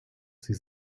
sie